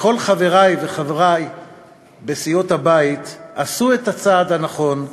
לכל חברי וחברותי בסיעות הבית: עשו את הצעד הנכון,